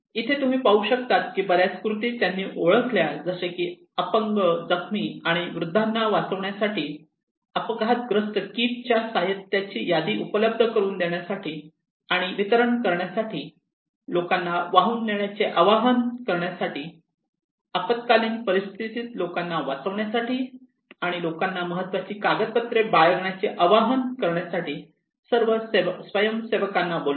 इथे तुम्ही पाहू शकता कि बऱ्याच कृती त्यांनी ओळखल्या जसे की अपंग जखमी आणि वृद्धांना वाचवण्यासाठी अपघातग्रस्त किटच्या साहित्याची यादी उपलब्ध करुन देण्यासाठी आणि वितरण करण्यासाठी लोकांना वाहून नेण्याचे आवाहन करण्यासाठी आपत्कालीन परिस्थितीतील लोकांना वाचवण्यासाठी आणि लोकांना महत्वाची कागदपत्रे बाळगण्याचे आवाहन करण्यासाठी सर्व स्वयंसेवकांना बोलावणे